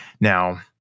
now